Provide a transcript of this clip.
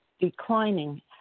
declining